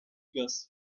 gas